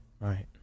right